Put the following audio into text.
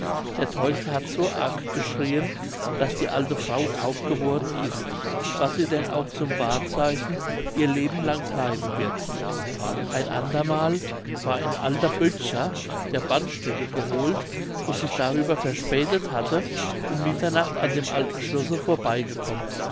der teufel hat so arg geschrieen daß die alte frau taub geworden ist was sie denn auch zum wahrzeichen ihr leben lang bleiben wird ein andermal war ein alter böttcher der bandstöcke geholt und sich darüber verspätet hatte um mitternacht an dem alten schlosse vorbeigekommen